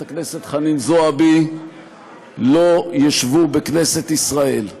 הכנסת חנין זועבי לא ישבו בכנסת ישראל.